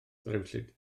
ddrewllyd